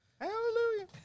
Hallelujah